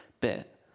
bit